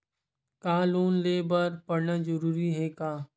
का लोन ले बर पढ़ना जरूरी हे का?